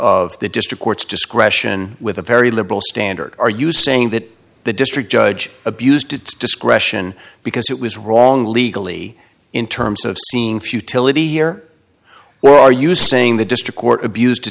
of the district court's discretion with a very liberal standard are you saying that the district judge abused its discretion because it was wrong legally in terms of seeing futility here where are you saying the district court abused